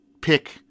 pick